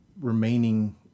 remaining